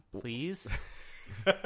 Please